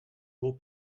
will